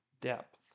depth